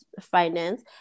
finance